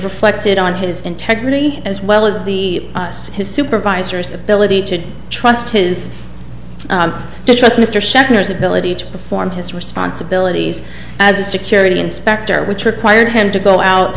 reflected on his integrity as well as the his supervisors ability to trust his to trust mr shatner's ability to perform his responsibilities as a security inspector which required him to go out